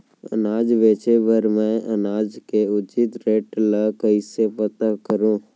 अनाज बेचे बर मैं अनाज के उचित रेट ल कइसे पता करो?